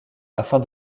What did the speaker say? afin